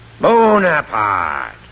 Bonaparte